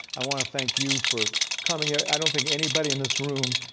i want to thank you for coming here. i don't think anybody in this room